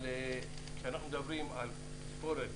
אבל כשאנחנו מדברים על תספורת,